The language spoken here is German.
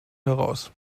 heraus